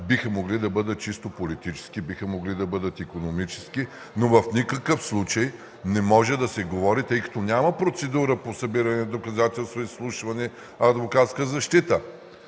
биха могли да бъдат чисто политически, биха могли да бъдат икономически, но в никакъв случай не може да се говори, тъй като няма процедура по събиране на доказателства, изслушване, за адвокатска защита.